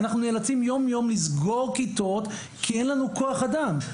אנחנו נאלצים יום יום לסגור כיתות כי אין לנו כוח אדם.